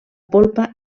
polpa